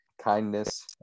Kindness